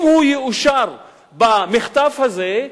אם הוא יאושר במחטף הזה,